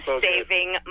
saving